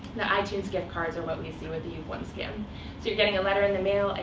the itunes gift cards are what we see with the you've won scam. so you're getting a letter in the mail. and